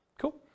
Cool